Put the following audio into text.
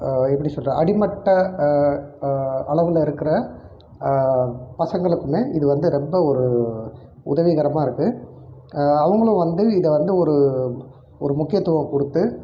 எப்படி சொல்வது அடிமட்ட அளவில் இருக்கிற பசங்களுக்குமே இது வந்து ரொம்ப ஒரு உதவிகரமாருக்குது அவர்களும் வந்து இதை வந்து ஒரு ஒரு முக்கியத்துவம் கொடுத்து